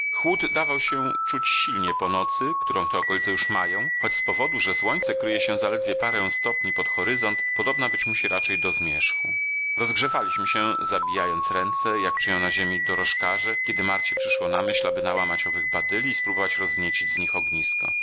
chłód dawał się czuć silnie po nocy którą te okolice już mają choć z powodu że słońce kryje się zaledwie parę stopni pod horyzont podobna być musi raczej do zmierzchu rozgrzewaliśmy się zabijając ręce jak czynią na ziemi dorożkarze kiedy marcie przyszło na myśl aby nałamać owych badyli i spróbować rozniecić z nich ognisko